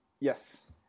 Yes